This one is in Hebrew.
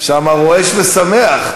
שם רועש ושמח.